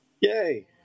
Yay